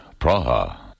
Praha